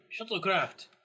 shuttlecraft